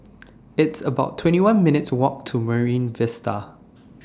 It's about twenty one minutes' Walk to Marine Vista